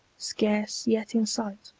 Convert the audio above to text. scarce yet in sight,